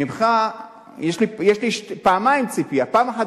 ממך יש לי פעמיים ציפייה: פעם אחת,